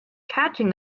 catching